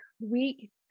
Week